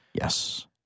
Yes